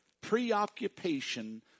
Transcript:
preoccupation